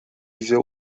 yüze